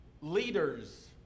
leaders